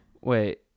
Wait